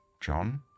John